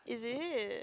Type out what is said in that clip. is it